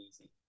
easy